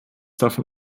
davon